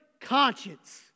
conscience